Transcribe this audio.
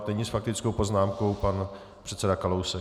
Nyní s faktickou poznámkou pan předseda Kalousek.